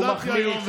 הוא מחמיא,